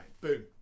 boom